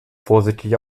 vorsichtig